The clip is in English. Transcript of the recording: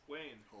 Wayne